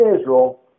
Israel